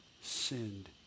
sinned